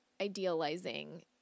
idealizing